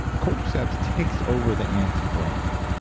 cordyceps take over the ants brain,